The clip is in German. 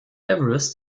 everest